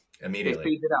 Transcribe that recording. immediately